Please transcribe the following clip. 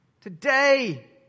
Today